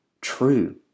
true